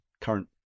current